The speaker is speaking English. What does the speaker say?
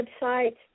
website